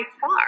far